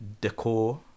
decor